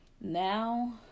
now